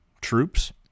troops